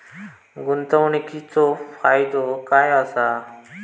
गुंतवणीचो फायदो काय असा?